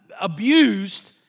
abused